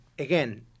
Again